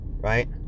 Right